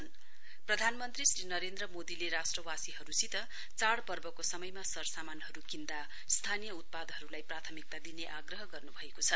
मन की बात प्रधानमन्त्री श्री नरेन्द्र मोदीले राष्ट्रवासीहरुसित चाइपर्वको समयमा सरसामानहरु किन्दा स्थानीय उत्पादहरुलाई प्राथमिकता दिने आग्रह गर्नुभएको छ